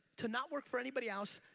to not work for anybody else.